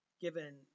given